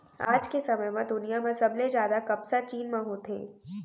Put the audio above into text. आज के समे म दुनिया म सबले जादा कपसा चीन म होथे